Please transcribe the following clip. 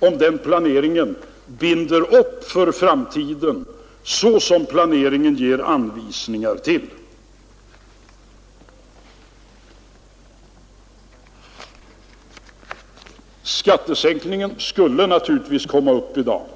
att den planeringen binder upp vårt handlande för framtiden i enlighet med vad som skisserats. Ja, naturligtvis skulle också kravet på skattesänkningar komma upp i debatten i dag.